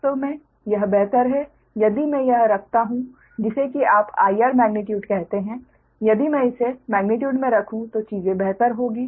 वास्तव में यह बेहतर है यदि मैं यह रखता हूं जिसे कि आप IR मेग्नीट्यूड कहते हैं यदि मैं इसे मेग्नीट्यूड में रखूं तो चीजें बेहतर होंगी